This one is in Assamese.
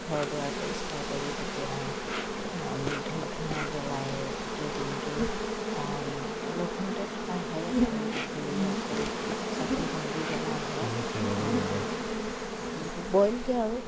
ঘৰ দুৱাৰ পৰিষ্কাৰ কৰি যেতিয়া ধূপ ধূনা জ্বলাই গোটেই দিনটো লঘোনতে থকা হয় আৰু গধূলি আকৌ চাকি বন্তি জ্বলাইহে বইলকে আৰু